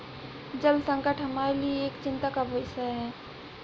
जल संकट हमारे लिए एक चिंता का विषय है